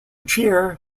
cheer